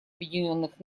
объединенных